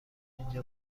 اینجا